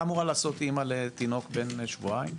מה אמורה לעשות אימא לתינוק בן שבועיים,